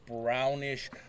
brownish